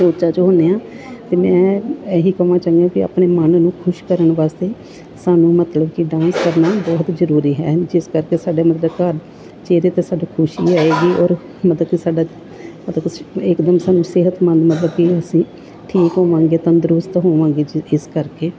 ਸੋਚਾਂ 'ਚ ਹੁੰਦੇ ਹਾਂ ਅਤੇ ਮੈਂ ਇਹੀ ਕਵਾਂ ਚਾਹੁੰਦੀ ਹਾਂ ਕਿ ਆਪਣੇ ਮਨ ਨੂੰ ਖੁਸ਼ ਕਰਨ ਵਾਸਤੇ ਸਾਨੂੰ ਮਤਲਬ ਕਿ ਡਾਂਸ ਕਰਨਾ ਬਹੁਤ ਜ਼ਰੂਰੀ ਹੈ ਜਿਸ ਕਰਕੇ ਸਾਡੇ ਮਤਲਬ ਘਰ ਚਿਹਰੇ 'ਤੇ ਸਾਡੇ ਖੁਸ਼ੀ ਆਏਗੀ ਔਰ ਮਤਲਬ ਕਿ ਸਾਡਾ ਮਤਲਬ ਤੁਸੀ ਇੱਕ ਦਿਨ ਸਾਨੂੰ ਸਿਹਤਮੰਦ ਮਤਲਬ ਕਿ ਅਸੀਂ ਠੀਕ ਹੋਵਾਂਗੇ ਤੰਦਰੁਸਤ ਹੋਵਾਂਗੇ ਜੀ ਇਸ ਕਰਕੇ